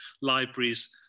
libraries